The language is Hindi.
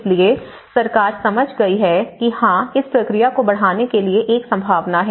इसलिए सरकार समझ गई है कि हाँ इस प्रक्रिया को बढ़ाने के लिए एक संभावना है